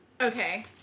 Okay